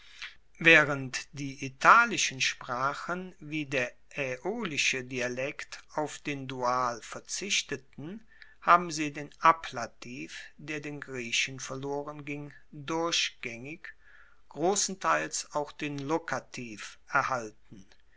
waehrend die italischen sprachen wie der aeolische dialekt auf den dual verzichteten haben sie den ablativ der den griechen verlorenging durchgaengig grossenteils auch den lokativ erhalten